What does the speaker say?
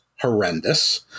horrendous